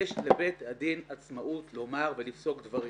יש לבית הדין עצמאות לומר ולפסוק דברים.